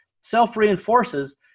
self-reinforces